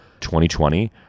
2020